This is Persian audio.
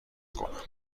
کنم